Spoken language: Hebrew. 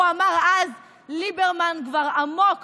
הוא אמר אז: ליברמן כבר עמוק